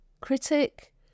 critic